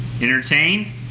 Entertain